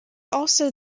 also